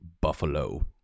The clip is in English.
Buffalo